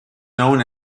known